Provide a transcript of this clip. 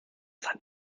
sand